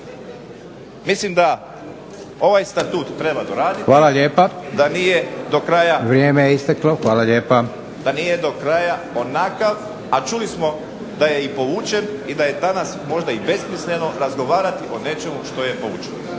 lijepa. **Borić, Josip (HDZ)** Da nije do kraja onakav, a čuli smo da je i povučen i da je danas možda i besmisleno razgovarati o nečemu što je …